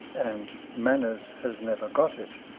and manners has never got it.